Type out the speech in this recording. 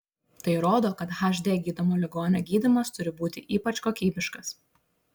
tai rodo kad hd gydomo ligonio gydymas turi būti ypač kokybiškas